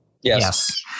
yes